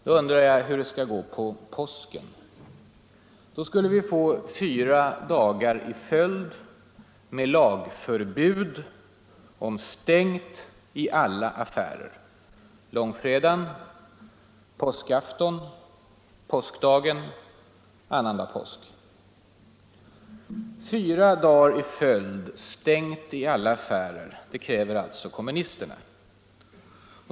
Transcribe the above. Då undrar jag hur det skall gå under påsken när vi skulle få fyra dagar i följd med lag om stängt i alla affärer: långfredagen, påsk Fyra dagar i följd stängt i alla affärer, det kräver alltså kommunisterna.